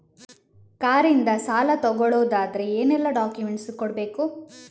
Car ಇಂದ ಸಾಲ ತಗೊಳುದಾದ್ರೆ ಏನೆಲ್ಲ ಡಾಕ್ಯುಮೆಂಟ್ಸ್ ಕೊಡ್ಬೇಕು?